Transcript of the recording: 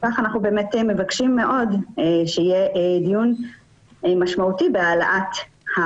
כמה אנשים עבדו בשחור והרוויחו 466 שקלים עד שהורדנו את הדיסריגרד?